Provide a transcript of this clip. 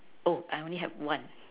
oh I only have one